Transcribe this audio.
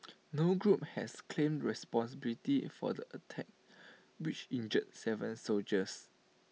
no group has claimed responsibility for the attacks which injured Seven soldiers